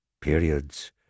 periods